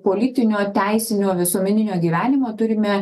politinio teisinio visuomeninio gyvenimo turime